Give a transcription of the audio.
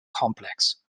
complex